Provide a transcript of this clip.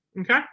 Okay